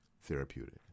therapeutic